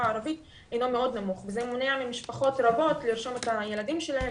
ערבית הינו מאוד נמוך וזה מונע ממשפחות רבות לרשום את הילדים שלהם